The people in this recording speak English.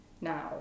now